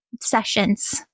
sessions